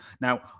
Now